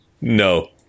No